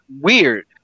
weird